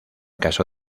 caso